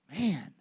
Man